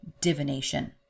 divination